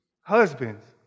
husbands